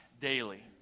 daily